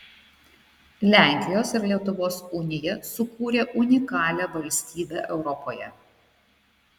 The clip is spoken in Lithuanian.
lenkijos ir lietuvos unija sukūrė unikalią valstybę europoje